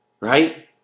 Right